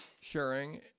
sharing